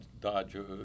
Dodger